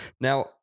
Now